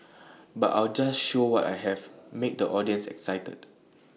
but I'll just show what I have make the audience excited